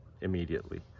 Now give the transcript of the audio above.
immediately